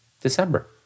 December